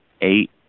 eight